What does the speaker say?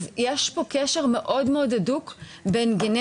אז יש פה קשר מאוד אדוק לגנטיקה,